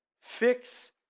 Fix